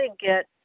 get